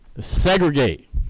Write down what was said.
Segregate